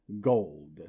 gold